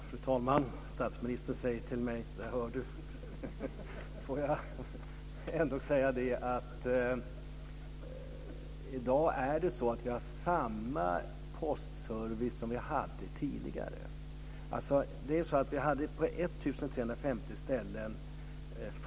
Fru talman! Statsministern säger till mig: Där hör du. Jag vill ändå säga att vi i dag har samma postservice som vi hade tidigare. Före de här förändringarna hade vi kassaservice på 1 350 ställen.